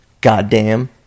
Goddamn